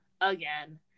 again